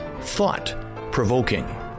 thought-provoking